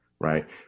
right